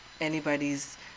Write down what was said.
anybody's